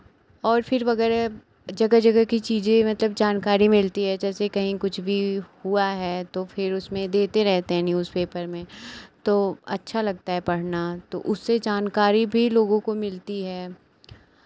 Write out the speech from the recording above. और फिर वगैरह जगह जगह की चीज़ें मतलब जानकारी मिलती है जैसे कहीं कुछ भी हुआ है तो फिर उसमें देते रहते हैं न्यूज़पेपर में तो अच्छा लगता है पढ़ना तो उससे जानकारी भी लोगों को मिलती है